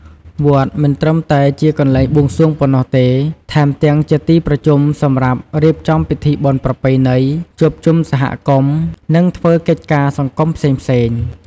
វត្តមិនត្រឹមតែជាកន្លែងបួងសួងប៉ុណ្ណោះទេ ថែមទាំងជាទីប្រជុំសម្រាប់រៀបចំពិធីបុណ្យប្រពៃណី ជួបជុំសហគមន៍ និងធ្វើកិច្ចការសង្គមផ្សេងៗ។